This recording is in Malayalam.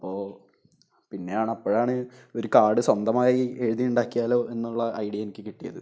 അപ്പോള് പിന്നെയാണ് അപ്പോഴാണ് ഒരു കാർഡ് സ്വന്തമായി എഴുത്തിയുണ്ടാക്കിയാലോ എന്നുള്ള ഐഡിയ എനിക്ക് കിട്ടിയത്